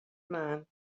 man